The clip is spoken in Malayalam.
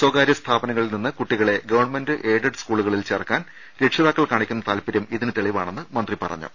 സ്വകാര്യ സ്ഥാപനങ്ങളിൽ നിന്ന് കുട്ടികളെ ഗവൺമെന്റ് എയ്ഡഡ് സ്കൂളു കളിൽ ചേർക്കാൻ രക്ഷിതാക്കൾ കാണിക്കുന്ന താൽപര്യം ഇതിനു തെളിവാണെന്ന് മന്ത്രി പറഞ്ഞു